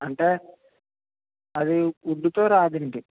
అంటే అది ఉడ్డు తో రాదండి